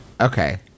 Okay